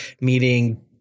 meeting